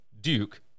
Duke